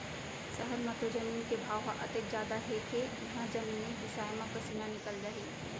सहर म तो जमीन के भाव ह अतेक जादा हे के इहॉं जमीने बिसाय म पसीना निकल जाही